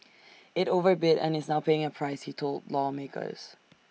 IT overbid and is now paying A price he told lawmakers